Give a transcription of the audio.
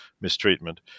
mistreatment